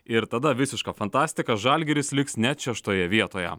ir tada visiška fantastika žalgiris liks net šeštoje vietoje